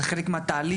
זה חלק מהתהליך?